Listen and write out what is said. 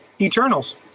Eternals